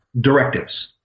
directives